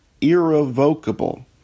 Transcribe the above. irrevocable